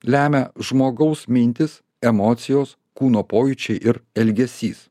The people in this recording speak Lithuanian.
lemia žmogaus mintys emocijos kūno pojūčiai ir elgesys